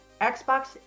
Xbox